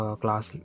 class